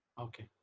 okay